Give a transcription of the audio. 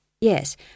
yes